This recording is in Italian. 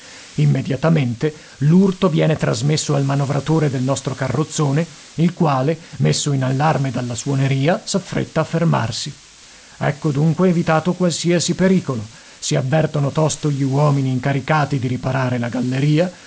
immediatamente l'urto viene trasmesso al manovratore del nostro carrozzone il quale messo in allarme dalla suoneria s'affretta a fermarsi ecco dunque evitato qualsiasi pericolo si avvertono tosto gli uomini incaricati di riparare la galleria